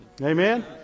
Amen